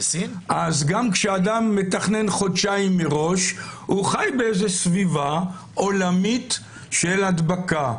אז גם כשאדם מתכנן חודשיים מראש הוא חי בסביבה עולמית של הדבקה.